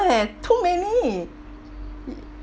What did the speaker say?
too many